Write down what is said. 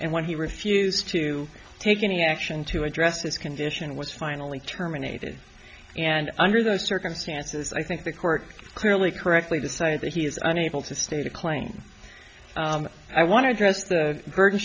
and when he refused to take any action to address his condition was finally terminated and under those circumstances i think the court clearly correctly decided that he is unable to state a claim i want to address the burden